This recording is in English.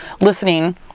listening